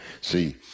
see